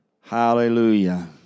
hallelujah